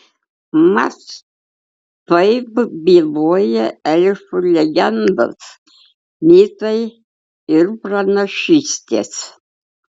mat taip byloja elfų legendos mitai ir pranašystės